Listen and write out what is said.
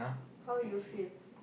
how you feel